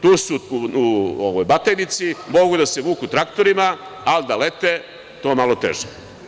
Tu su u Batajnici, mogu da se vuku traktorima, ali da lete to je malo teže.